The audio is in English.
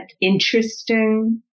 interesting